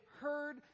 heard